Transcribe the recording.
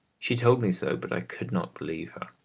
she told me so, but i could not believe her.